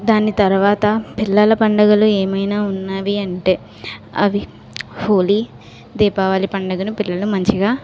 దాని తర్వాత పిల్లల పండుగలు ఏమైనా ఉన్నవి అంటే అవి హోలీ దీపావళి పండుగను పిల్లలు మంచిగా